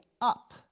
up